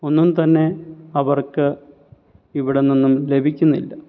ഒന്നും തന്നെ അവർക്ക് ഇവിടെ നിന്നും ലഭിക്കുന്നില്ല